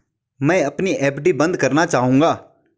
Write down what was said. मैं अपनी एफ.डी बंद करना चाहूंगा